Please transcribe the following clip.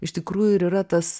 iš tikrųjų ir yra tas